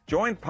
Join